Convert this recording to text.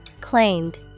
Claimed